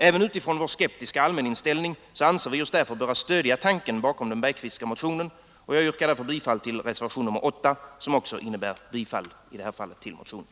Även utifrån vår skeptiska allmäninställning anser vi oss därför böra stödja tanken bakom den Bergqvistska motionen, och jag yrkar bifall till reservationen 8 som också innebär bifall till motionen.